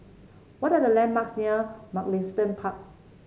what are the landmarks near Mugliston Park